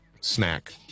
snack